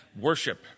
Worship